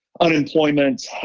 Unemployment